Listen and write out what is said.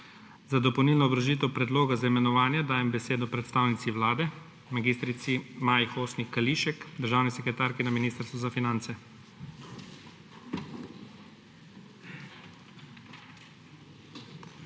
Za dopolnilno obrazložitev predloga za imenovanje dajem besedo predstavnici Vlade mag. Maji Hostnik Kališek, državni sekretarki na Ministrstvu za finance.